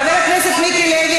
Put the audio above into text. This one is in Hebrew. חבר הכנסת מיקי לוי,